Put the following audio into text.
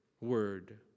word